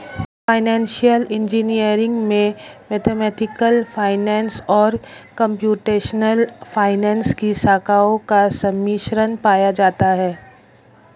financial engineering में mathematical finance और computational finance की शाखाओं का सम्मिश्रण पाया जाता है